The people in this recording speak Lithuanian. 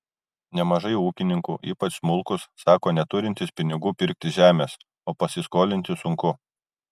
nemažai ūkininkų ypač smulkūs sako neturintys pinigų pirkti žemės o pasiskolinti sunku